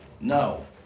no